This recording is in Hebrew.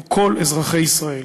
הם כל אזרחי ישראל.